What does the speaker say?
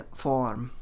form